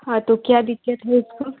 हाँ तो क्या दिक़्क़त है उसको